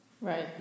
Right